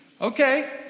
Okay